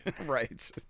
Right